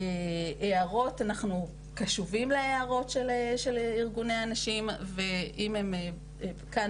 אנחנו קשובים להערות של ארגוני הנשים ואם הן כאן